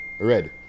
red